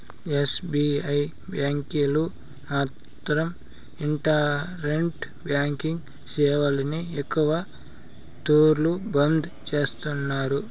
SBI బ్యాంకీలు మాత్రం internet banking సేవల్ని ఎక్కవ తూర్లు బంద్ చేస్తున్నారు